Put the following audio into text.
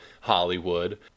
Hollywood